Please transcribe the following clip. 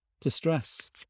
distress